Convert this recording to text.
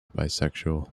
bisexual